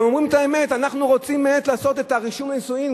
הם אומרים את האמת: אנחנו רוצים באמת לעשות את רישום הנישואים,